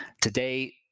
Today